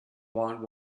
while